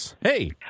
Hey